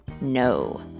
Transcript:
no